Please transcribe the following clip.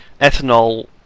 ethanol